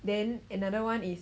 then another one is